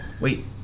Wait